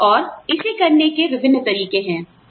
और इसे करने के विभिन्न तरीके हैं